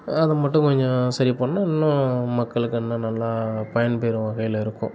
அதை மட்டும் கொஞ்சம் சரி பண்ணிணா இன்னும் மக்களுக்கு இன்னும் நல்லா பயன்பெறும் வகையில் இருக்கும்